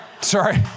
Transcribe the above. Sorry